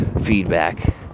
feedback